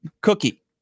Cookie